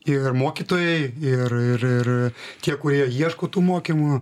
ir mokytojai ir ir ir tie kurie ieško tų mokymų